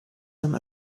him